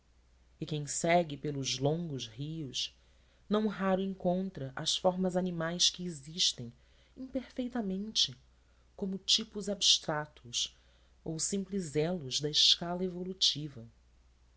e quem segue pelos longos rios não raro encontra as formas animais que existem imperfeitamente como tipos abstratos ou simples elos da escala evolutiva